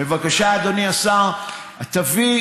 בבקשה, אדוני השר, תביא